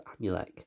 Amulek